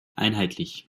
einheitlich